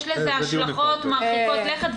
יש לזה השלכות מרחיקות לכת,